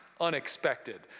unexpected